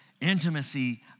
intimacy